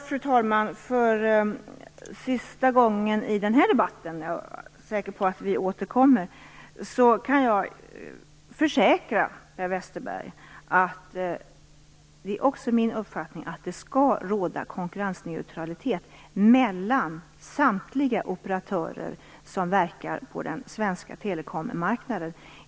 Fru talman! För sista gången i den här debatten, jag är säker på att vi återkommer, kan jag försäkra Per Westerberg om att det också är min uppfattning att det skall råda konkurrensneutralitet mellan samtliga operatörer på den svenska telekommarknaden.